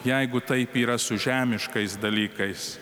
jeigu taip yra su žemiškais dalykais